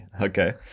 Okay